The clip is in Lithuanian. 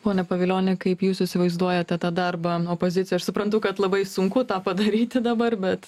pone pavilioni kaip jūs įsivaizduojate tą darbą opozicijoj aš suprantu kad labai sunku tą padaryti dabar bet